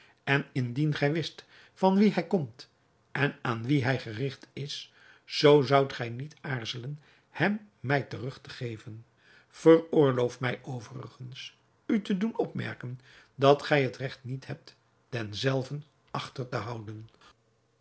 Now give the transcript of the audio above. en indien gij wist van wien hij komt en aan wien hij gerigt is zoo zoudt gij niet aarzelen hem mij terug te geven veroorloof mij overigens u te doen opmerken dat gij het regt niet hebt denzelven achter te houden